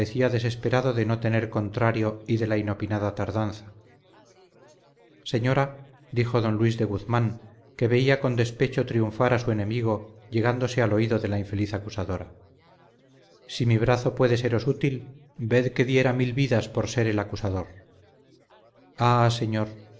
desesperado de no tener contrario y de la inopinada tardanza señora dijo don luis de guzmán que veía con despecho triunfar a su enemigo llegándose al oído de la infeliz acusadora si mi brazo puede seros útil ved que diera mil vidas por ser el acusador ah señor